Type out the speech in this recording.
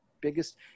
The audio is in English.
biggest